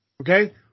Okay